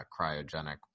cryogenic